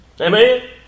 Amen